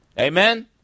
Amen